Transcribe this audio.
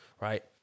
right